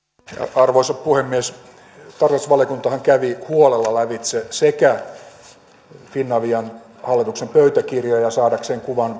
arvoisa puhemies tarkastusvaliokuntahan kävi huolella lävitse finavian hallituksen pöytäkirjoja saadakseen kuvan